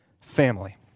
family